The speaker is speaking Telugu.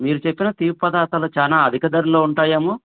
మీరు చెప్పిన తీపి పదార్థాలు చాలా అధిక ధరలో ఉంటాయో ఏమో